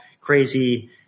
crazy